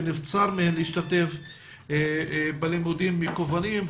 שנבצר מהן להשתתף בלימודים מקוונים,